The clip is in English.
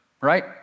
right